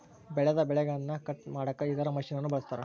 ಬೆಳೆದ ಬೆಳೆಗನ್ನ ಕಟ್ ಮಾಡಕ ಇತರ ಮಷಿನನ್ನು ಬಳಸ್ತಾರ